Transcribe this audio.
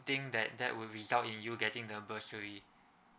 think that that will result in you getting a bursary